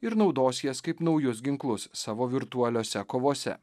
ir naudos jas kaip naujus ginklus savo virtualiose kovose